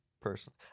personally